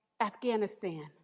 Afghanistan